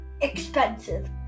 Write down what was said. expensive